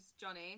Johnny